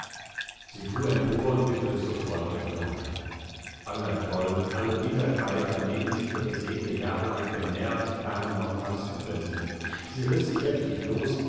sie fuhr empor und begriff sofort ihre lage aller groll alle bitterkeit an denen sich ihre seele jahrelang genährt kamen nochmals über sie sie riß sich heftig los